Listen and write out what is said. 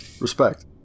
Respect